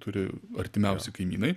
turi artimiausi kaimynai